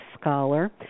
scholar